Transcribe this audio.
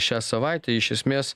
šią savaitę iš esmės